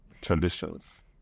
traditions